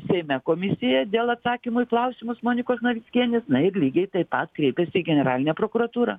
seime komisiją dėl atsakymų į klausimus monikos navickienės na ir lygiai taip pat kreipėsi į generalinę prokuratūrą